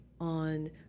on